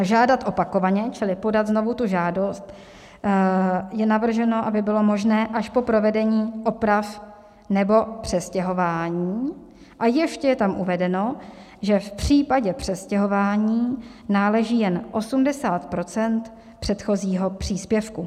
Žádat opakovaně, čili podat znovu tu žádost, je navrženo, aby bylo možné až po provedení oprav nebo přestěhování, a ještě je tam uvedeno, že v případě přestěhování náleží jen 80 % předchozího příspěvku.